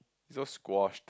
so squashed